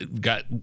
got